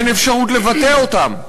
אין אפשרות לבטא אותן.